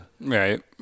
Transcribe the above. right